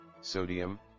sodium